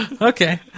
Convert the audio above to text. Okay